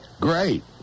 Great